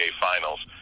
Finals